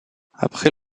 après